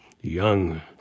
young